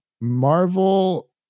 Marvel